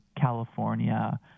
California